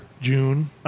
June